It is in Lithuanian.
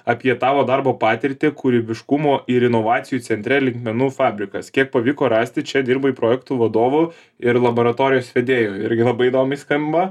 apie tavo darbo patirtį kūrybiškumo ir inovacijų centre linkmenų fabrikas kiek pavyko rasti čia dirbai projektų vadovu ir laboratorijos vedėju irgi labai įdomiai skamba